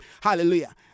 Hallelujah